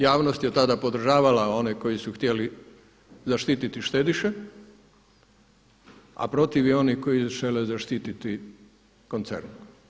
Javnost je tada podržavala one koji su htjeli zaštiti štediše, a protiv je onih koji žele zaštititi koncern.